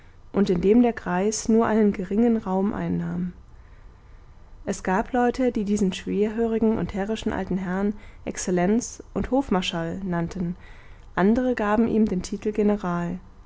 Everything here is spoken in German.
und in dem der greis nur einen geringen raum einnahm es gab leute die diesen schwerhörigen und herrischen alten herrn exzellenz und hofmarschall nannten andere gaben ihm den titel general